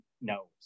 knows